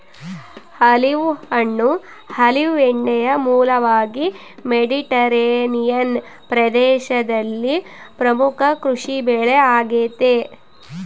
olive ಹಣ್ಣು olive ಎಣ್ಣೆಯ ಮೂಲವಾಗಿ ಮೆಡಿಟರೇನಿಯನ್ ಪ್ರದೇಶದಲ್ಲಿ ಪ್ರಮುಖ ಕೃಷಿಬೆಳೆ ಆಗೆತೆ